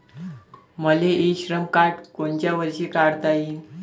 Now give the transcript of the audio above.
मले e Shram card कोनच्या वर्षी काढता येईन?